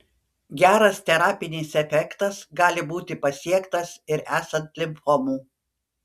geras terapinis efektas gali būti pasiektas ir esant limfomų